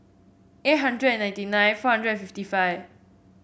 eight hundred and ninety nine four hundred and fifty five